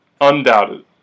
Undoubted